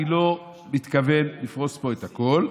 אני לא מתכוון לפרוס פה את הכול,